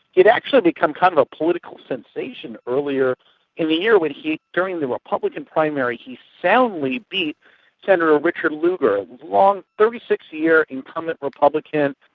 he'd actually become kind of a political sensation earlier in the year when he, during the republican primary, he soundly beat senator ah richard lugar, a long, thirty six year incumbent republican,